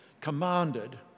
commanded